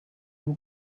who